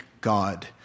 God